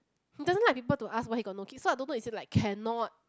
he doesn't like people to ask why he got no kids so I don't know is it like cannot